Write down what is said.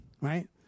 right